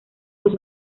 los